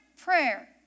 prayer